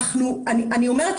אני אומרת,